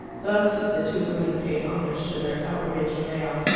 thus did the two women pay homage to their outraged male.